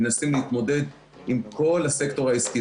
מנסים להתמודד עם כל הסקטור העסקי.